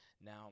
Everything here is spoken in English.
Now